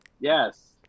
Yes